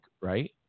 right